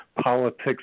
politics